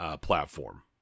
platform